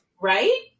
Right